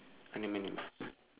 ah nevermind nevermind